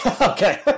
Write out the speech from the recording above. Okay